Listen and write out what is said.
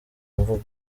imvugo